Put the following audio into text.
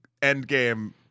Endgame